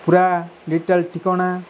ପୁରା ଡିଟେଲ୍ ଠିକଣା